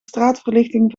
straatverlichting